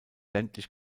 ländlich